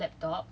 laptop